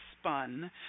spun